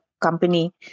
company